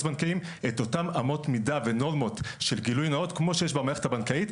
בנקאיים את אותן אמות מידה ונורמות של גילוי נאות כמו שיש במערכת הבנקאית,